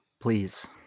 Please